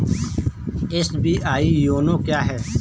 SBI YONO क्या है?